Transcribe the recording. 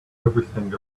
everything